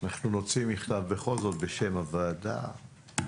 נוציא בכל זאת מכתב בשם הוועדה,